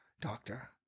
doctor